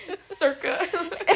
circa